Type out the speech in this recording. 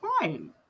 fine